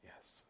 yes